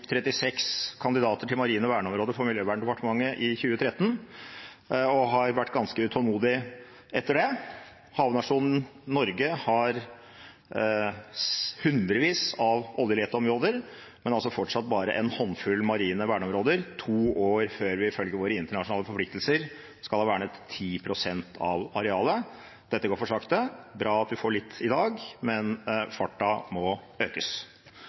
36 kandidater til marine verneområder for Miljøverndepartementet i 2013, og har vært ganske utålmodig etter det. Havnasjonen Norge har hundrevis av oljeleteområder, men fortsatt bare en håndfull marine verneområder – to år før vi ifølge våre internasjonale forpliktelser skal ha vernet 10 pst. av arealet. Dette går for sakte. Det er bra at vi får litt i dag, men farten må økes.